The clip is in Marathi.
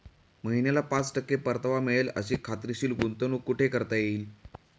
महिन्याला पाच टक्के परतावा मिळेल अशी खात्रीशीर गुंतवणूक कुठे करता येईल?